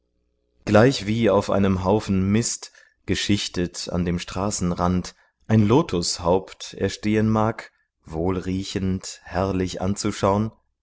gleichwie auf einem haufen mist geschichtet an dem straßenrand ein lotushaupt erstehen mag wohlriechend herrlich anzuschaun